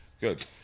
Good